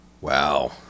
Wow